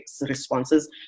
responses